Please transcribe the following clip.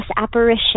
apparition